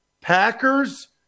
Packers